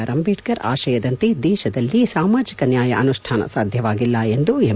R Ambedkar ಆಶಯದಂತೆ ದೇಶದಲ್ಲಿ ಸಾಮಾಜಕ ನ್ಕಾಯ ಅನುಷ್ಟಾನ ಸಾಧ್ಯವಾಗಿಲ್ಲ ಎಂದು ಎಂ